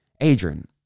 Adrian